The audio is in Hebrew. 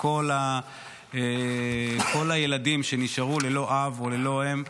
כל הילדים שנשארו ללא אב וללא אם,